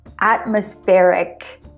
atmospheric